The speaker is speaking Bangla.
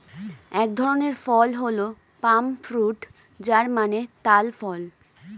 এক ধরনের ফল হচ্ছে পাম ফ্রুট যার মানে তাল ফল